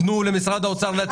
תנו למשרד האוצר להציג את הנתונים.